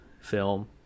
film